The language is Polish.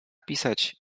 pisać